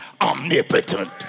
omnipotent